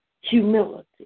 humility